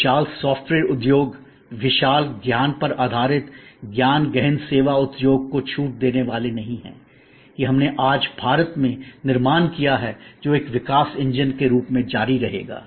हम विशाल सॉफ्टवेयर उद्योग विशाल ज्ञान पर आधारित ज्ञान गहन सेवा उद्योग को छूट देने वाले नहीं हैं कि हमने आज भारत में निर्माण किया है जो एक विकास इंजन के रूप में जारी रहेगा